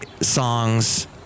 songs